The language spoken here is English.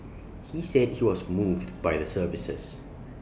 he said he was moved by the services